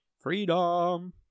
Freedom